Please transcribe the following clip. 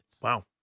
Wow